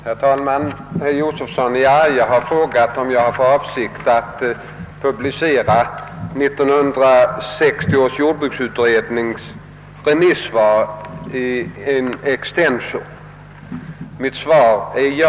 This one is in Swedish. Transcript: Herr talman! Herr Josefson i Arrie har frågat, om jag avser att publicera remissvaren på 1960 års jordbruksutredning in extenso. Mitt svar är ja.